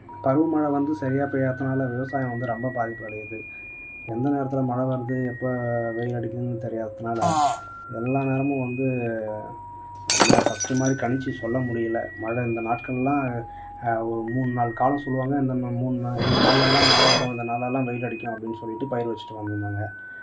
பருவ மழை வந்து சரியாக பெய்யாத்தனால் விவசாயம் வந்து ரொம்ப பாதிப்படையுது எந்த நேரத்தில் மழை வருது எப்போ வெயில் அடிக்குதுன்னு தெரியாத்தனால் எல்லா நேரமும் வந்து ஃபர்ஸ்ட்டு மாதிரி கணித்து சொல்ல முடியல மழை இந்த நாட்களெல்லாம் ஒரு மூணு நாலு காலம் சொல்லுவாங்கள் இந்த இந்த மூணு நாலு இந்த நாளெல்லாம் மழ வரும் இந்த நாளெல்லாம் வெயிலடிக்கும் அப்படின்னு சொல்லிகிட்டு பயிர் வச்சுட்டு வந்துருந்தாங்க